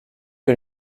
que